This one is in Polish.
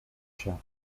się